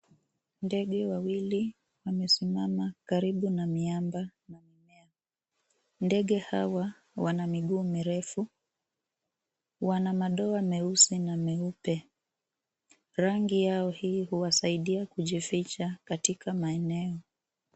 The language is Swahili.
Ndege wawili wamesimama karibu na miamba na mimea. Ndege hawa wana miguu mirefu. Wana madoa meusi na meupe. Rangi yao hii huwasaidia kujificha katika maeneo.